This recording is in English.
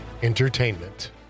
Entertainment